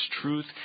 truth